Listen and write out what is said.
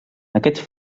aquests